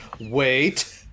wait